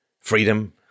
freedom